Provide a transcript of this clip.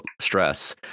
stress